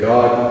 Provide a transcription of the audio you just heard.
God